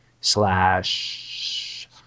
slash